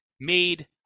made